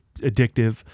addictive